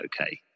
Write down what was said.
okay